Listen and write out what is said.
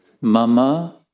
Mama